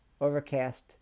Overcast